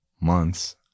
months